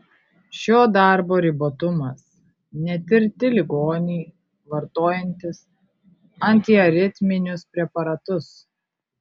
šio darbo ribotumas netirti ligoniai vartojantys antiaritminius preparatus